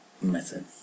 method